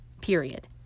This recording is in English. period